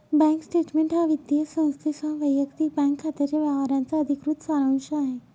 bank statement हा वित्तीय संस्थेसह वैयक्तिक बँक खात्याच्या व्यवहारांचा अधिकृत सारांश आहे